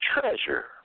treasure